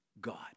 God